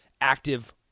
active